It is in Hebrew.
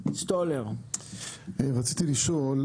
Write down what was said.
רציתי לשאול.